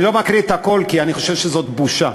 אני לא מקריא את הכול, כי אני חושב שזאת בושה.